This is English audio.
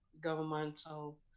governmental